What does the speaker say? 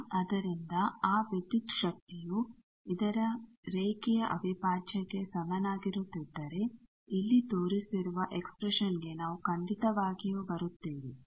ಈಗ ಅದರಿಂದ ಆ ವಿದ್ಯುತ್ ಶಕ್ತಿಯು ಇದರ ರೇಖೆಯ ಅವಿಭಾಜ್ಯಕ್ಕೆ ಸಮನಾಗಿರುತ್ತಿದ್ದರೆ ಇಲ್ಲಿ ತೋರಿಸಿರುವ ಎಕ್ಸ್ಪ್ರೇಷನ್ಗೆ ನಾವು ಖಂಡಿತವಾಗಿಯೂ ಬರುತ್ತೇವೆ